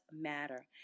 matter